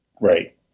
right